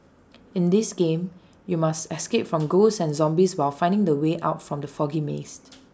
in this game you must escape from ghosts and zombies while finding the way out from the foggy maze